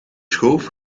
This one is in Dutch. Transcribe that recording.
schoof